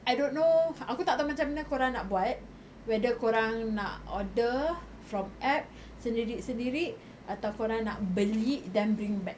I don't know aku tak tahu macam kau orang nak buat whether kau orang nak order from app sendiri sendiri atau kau orang nak beli then bring back